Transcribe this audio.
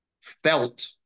felt